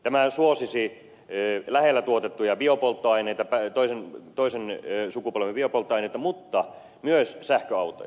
tämä suosisi lähellä tuotettuja biopolttoaineita toisen sukupolven biopolttoaineita mutta myös sähköautoja